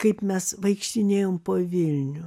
kaip mes vaikštinėjom po vilnių